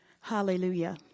Hallelujah